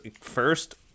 first